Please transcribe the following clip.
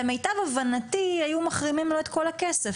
למיטב הבנתי היו מחרימים לו את כל הכסף